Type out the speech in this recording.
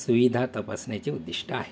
सुविधा तपासण्याचे उद्दिष्ट आहे